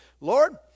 Lord